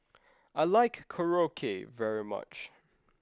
I like Korokke very much